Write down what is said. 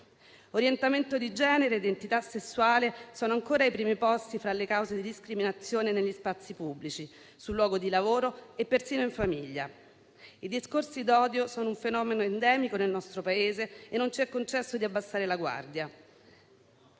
Orientamento di genere e identità sessuale sono ancora ai primi posti tra le cause di discriminazione negli spazi pubblici, sul luogo di lavoro e persino in famiglia. I discorsi d'odio sono un fenomeno endemico nel nostro Paese e non ci è concesso di abbassare la guardia.